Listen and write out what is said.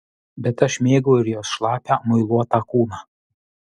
bet aš mėgau ir jos šlapią muiluotą kūną